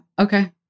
Okay